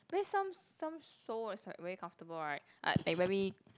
but then some some sole is like very comfortable right like they very